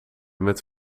met